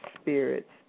spirits